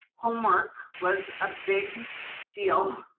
homework was a big deal.